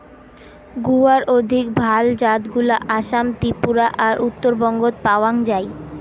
গুয়ার অধিক ভাল জাতগুলা আসাম, ত্রিপুরা আর উত্তরবঙ্গত পাওয়াং যাই